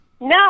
No